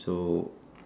so